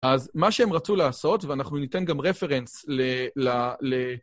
אז מה שהם רצו לעשות, ואנחנו ניתן גם רפרנס ל...